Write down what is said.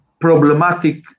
problematic